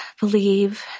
believe